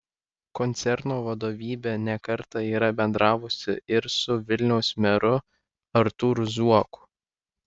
koncerno vadovybė ne kartą yra bendravusi ir su vilniaus meru artūru zuoku